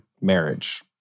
marriage